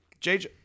JJ